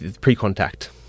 pre-contact